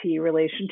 relationship